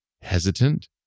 hesitant